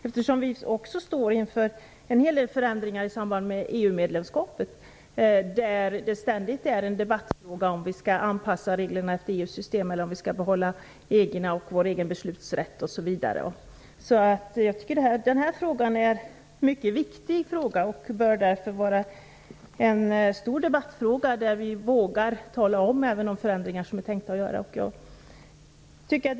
Vi står ju också inför en hel del förändringar i och med EU-medlemskapet, där en ständig debattfråga är om vi skall anpassa reglerna efter EU:s system eller om vi skall behålla våra egna regler, vår egen beslutsrätt osv. Den här frågan är mycket viktig och bör därför vara en stor debattfråga, där vi vågar tala om även de förändringar som är tänkta att genomföras.